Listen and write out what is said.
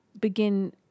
begin